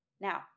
Now